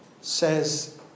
says